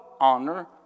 honor